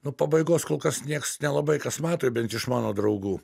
nu pabaigos kol kas nieks nelabai kas mato bent iš mano draugų